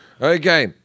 Okay